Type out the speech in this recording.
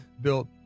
built